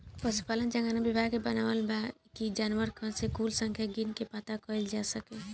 पसुपालन जनगणना विभाग के बनावल बा कि जानवर सन के कुल संख्या गिन के पाता कइल जा सके